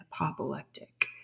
apoplectic